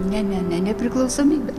ne ne ne nepriklausomybė